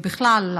ובכלל,